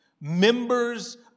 Members